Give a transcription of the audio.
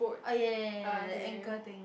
oh ya ya ya ya the anchor thing